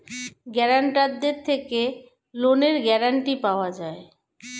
গ্যারান্টারদের থেকে লোনের গ্যারান্টি পাওয়া যায়